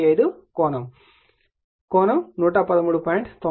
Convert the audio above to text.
015 కోణం 113